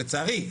לצערי,